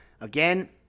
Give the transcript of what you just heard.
Again